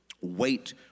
Wait